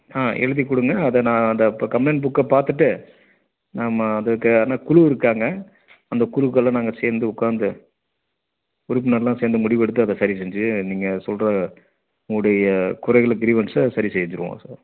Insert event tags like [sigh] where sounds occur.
எழுதி கொடுங்க அதை நான் அதை கம்ப்ளைன்ட் புக்கை பார்த்துவிட்டு நம்ம அதுக்கான குழு இருக்காங்க அந்த குழுக்கள்கல்லாம் நாங்கள் சேர்ந்து உட்காந்து உறுப்பினர்ல்லாம் சேர்ந்து முடிவு எடுத்து அதை சரி செஞ்சு நீங்கள் சொல்கிற உங்களுடைய குறைகளுக்கு [unintelligible] சரி செஞ்சுவிடுவோம் சார்